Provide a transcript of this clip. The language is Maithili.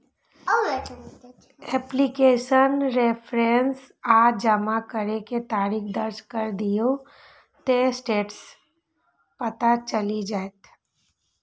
एप्लीकेशन रेफरेंस आ जमा करै के तारीख दर्ज कैर दियौ, ते स्टेटस पता चलि जाएत